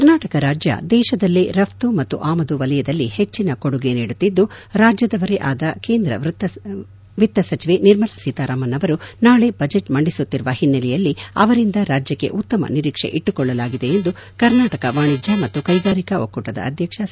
ಕರ್ನಾಟಕ ರಾಜ್ಯ ದೇಶದಲ್ಲೇ ರಫ್ನ ಮತ್ತು ಅಮದು ವಲಯದಲ್ಲಿ ಹೆಚ್ಚಿನ ಕೊಡುಗೆ ನೀಡುತ್ತಿದ್ಲು ರಾಜ್ಯದವರೇ ಆದ ಕೇಂದ್ರ ವಿತ್ತ ಸಚಿವೆ ನಿರ್ಮಲಾ ಸೀತಾರಾಮನ್ ಅವರು ನಾಳಿ ಬಜೆಟ್ ಮಂಡಿಸುತ್ತಿರುವ ಹಿನ್ತೆಲೆಯಲ್ಲಿ ಅವರಿಂದ ರಾಜ್ಯಕ್ಕೆ ಉತ್ತಮ ನಿರೀಕ್ಷೆ ಇಟ್ಟುಕೊಳ್ಳಲಾಗಿದೆ ಎಂದು ಕರ್ನಾಟಕ ವಾಣಿಜ್ಯ ಮತ್ತು ಕೈಗಾರಿಕಾ ಒಕ್ಕೂಟದ ಅಧ್ಯಕ್ಷ ಸಿ